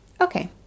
Okay